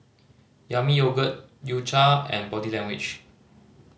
Yami Yogurt U Cha and Body Language